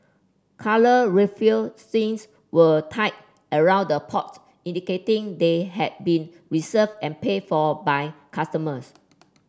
coloured raffia strings were tied around the pots indicating they had been reserved and paid for by customers